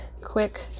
quick